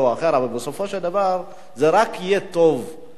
אבל בסופו של דבר, זה רק יהיה טוב לאזרח.